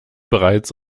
bereits